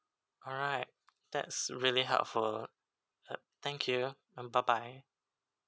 alright that's really helpful uh thank you and bye bye